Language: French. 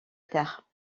terre